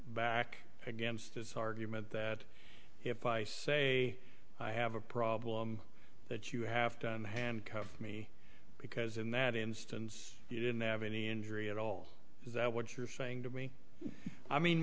back against this argument that if i say i have a problem that you have to handcuff me because in that instance you didn't have any injury at all is that what you're saying to me i mean